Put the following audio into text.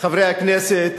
חברי הכנסת,